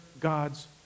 God's